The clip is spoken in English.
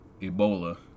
Ebola